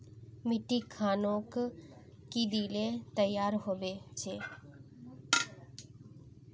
मिट्टी खानोक की दिले तैयार होबे छै?